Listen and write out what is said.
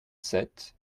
sept